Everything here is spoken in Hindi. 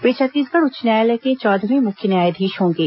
वे छत्तीसगढ़ उच्च न्यायालय के चौदहवें मुख्य न्यायाधीश होंगे